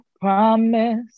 promise